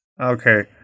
Okay